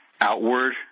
outward